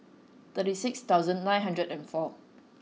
thirty six thousand nine hundred and four